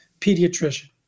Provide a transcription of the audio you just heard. pediatrician